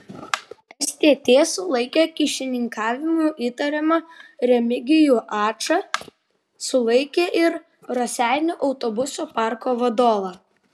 stt sulaikė kyšininkavimu įtariamą remigijų ačą sulaikė ir raseinių autobusų parko vadovą